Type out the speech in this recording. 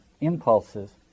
impulses